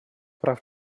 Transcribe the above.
прав